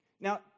Now